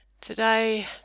Today